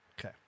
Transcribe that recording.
Okay